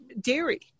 dairy